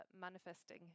manifesting